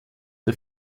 der